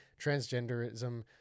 transgenderism